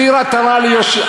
תחזיר עטרה ליושנה,